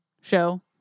show